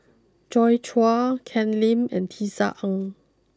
Joi Chua Ken Lim and Tisa Ng